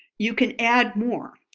you can add more.